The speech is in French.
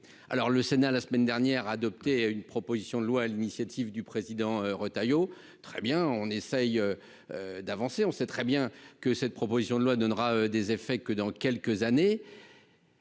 alors le Sénat la semaine dernière a adopté une proposition de loi à l'initiative du président Retailleau, très bien, on essaye d'avancer, on sait très bien que cette proposition de loi donnera des effets que dans quelques années.